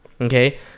Okay